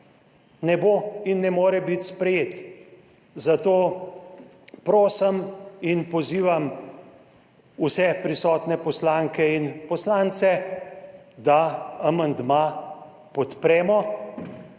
ne bo in ne more biti sprejet, zato prosim in pozivam vse prisotne poslanke in poslance, da amandma podpremo.